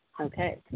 okay